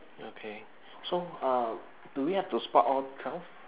okay so uh do we have to spot all twelve